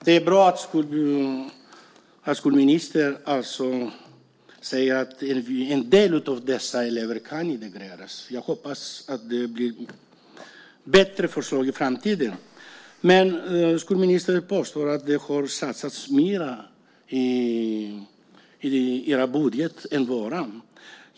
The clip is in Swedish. Herr talman! Det är bra att skolministern säger att en del av dessa elever kan integreras. Jag hoppas att det blir bättre förslag i framtiden. Men skolministern påstår att det har satsats mer i er budget än i vår.